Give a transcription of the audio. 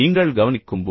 நீங்கள் எப்போது